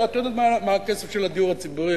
את יודעת מה הכסף של הדיור הציבורי,